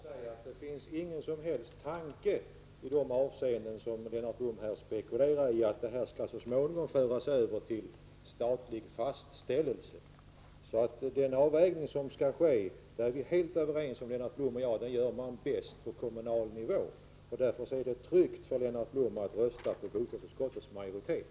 Fru talman! Jag vill säga till Lennart Blom att det inte finns någon som helst tanke på det som Lennart Blom spekulerar i, dvs. att fastställandet av de kommunala energiplanerna så småningom skulle föras över till statlig nivå. Lennart Blom och jag är helt överens om att den avvägning som skall ske bäst görs på kommunal nivå. Därför är det tryggt för Lennart Blom att rösta med — Nr 51 bostadsutskottets majoritet.